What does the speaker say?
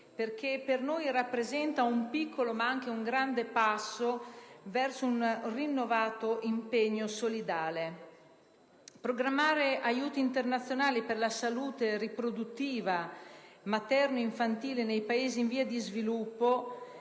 perché essa rappresenta un piccolo, ma anche un grande passo verso un rinnovato impegno solidale. Programmare aiuti internazionali per la salute riproduttiva materno-infantile nei Paesi in via di sviluppo,